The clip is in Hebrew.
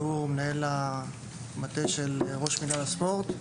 מנהל המטה ראש מינהל הספורט.